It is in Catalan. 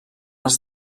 els